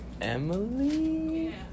Emily